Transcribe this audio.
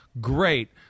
great